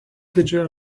didžiojo